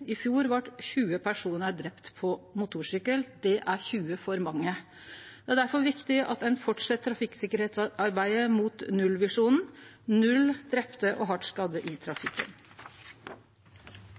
I fjor blei 20 personar drepne på motorsykkel. Det er 20 for mange. Det er difor viktig at ein fortset trafikksikkerheitsarbeidet mot nullvisjonen: null drepte og hardt skadde i trafikken.